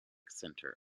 center